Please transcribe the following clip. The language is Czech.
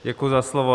Děkuju za slovo.